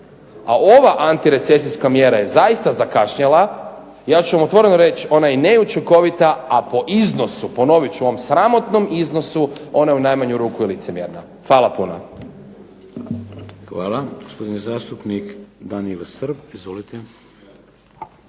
A ova antirecesijska mjera je zaista zakašnjela. Ja ću vam otvoreno reći ona je neučinkovita, a po iznosu ponovit ću ovom sramotnom iznosu, ona je u najmanju ruku licemjerna. Hvala puno. **Šeks, Vladimir (HDZ)** Hvala. Gospodin zastupnik Daniel Srb. Izvolite.